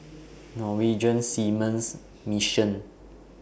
Norwegian Seamen's Mission